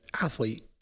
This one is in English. athlete